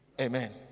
Amen